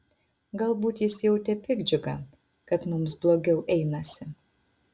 galbūt jis jautė piktdžiugą kad mums blogiau einasi